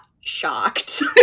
shocked